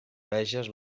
veges